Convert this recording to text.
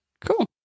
Cool